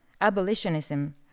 Abolitionism